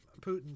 Putin